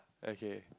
okay